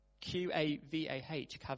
Q-A-V-A-H